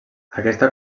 aquesta